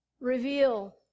reveal